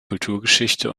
kulturgeschichte